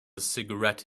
cigarette